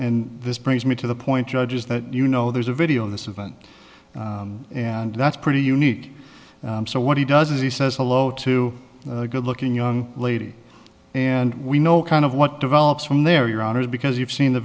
and this brings me to the point judge is that you know there's a video of this event and that's pretty unique so what he does is he says hello to a good looking young lady and we know kind of what develops from there your honor because you've seen the